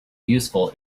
useful